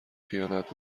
خیانت